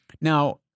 Now